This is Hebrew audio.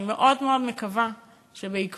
אני מאוד מאוד מקווה שבעקבות